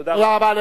תודה רבה.